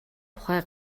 тухай